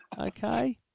Okay